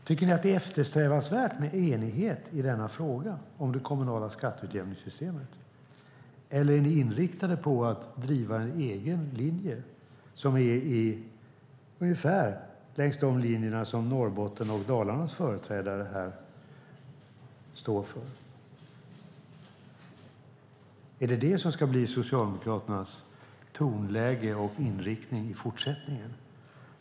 Tycker ni att det är eftersträvansvärt med enighet i frågan om det kommunala skatteutjämningssystemet eller är ni inriktade på att driva en egen linje som är ungefär densamma som Norrbottens och Dalarnas företrädare här står för? Är det Socialdemokraternas tonläge och inriktning i fortsättningen?